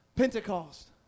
Pentecost